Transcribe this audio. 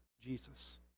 Jesus